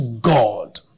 God